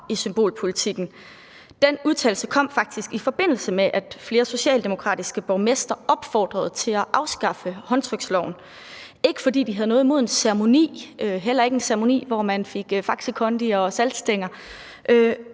i symbolpolitikken. Den udtalelse kom faktisk, i forbindelse med at flere socialdemokratiske borgmestre opfordrede til at afskaffe håndtryksloven, ikke fordi de havde noget imod en ceremoni, heller ikke en ceremoni, hvor man fik Faxe Kondi og saltstænger,